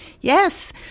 Yes